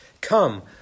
come